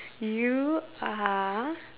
you are